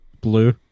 blue